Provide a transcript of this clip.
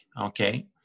okay